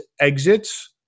exits